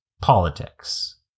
politics